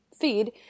feed